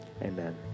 Amen